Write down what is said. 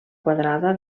quadrada